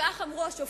כך אמרו השופטים: